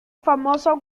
famoso